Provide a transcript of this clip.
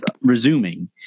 resuming